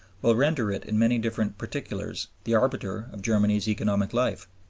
will render it in many different particulars the arbiter of germany's economic life.